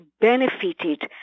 benefited